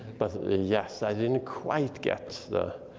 but yes, i didn't quite get the,